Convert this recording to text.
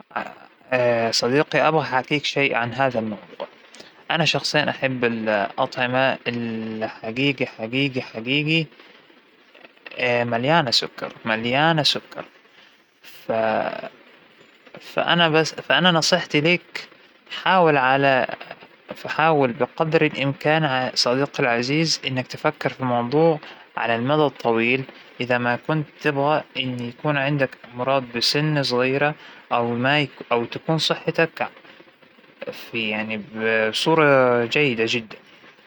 ال- الأكل الصحي أو الطعام الصحي مو بالضرورة يكون في حرمان، انت فيك تاكل كار بس تقدر تاكل اللي بتقدر تأكل كل شيء، لكن بالمعدل المظبوط اللى جسمك بيحتاجه، مو إنك خلاص حب السكريات ما فيك تبطلها لأ، كل اشيء اله قدر ال اللى جسمك بيحتاجه بس.